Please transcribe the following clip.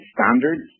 standards